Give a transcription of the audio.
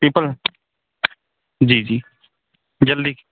people जी जी जल्दी